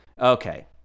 Okay